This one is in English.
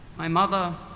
my mother